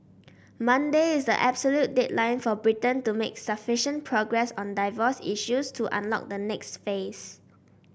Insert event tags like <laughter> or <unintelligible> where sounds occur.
Monday is the absolute deadline for Britain to make <unintelligible> progress on divorce issues to unlock the next phase